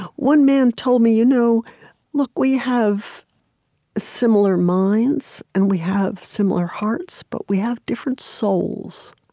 one man told me, you know look, we have similar minds, and we have similar hearts, but we have different souls.